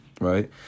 right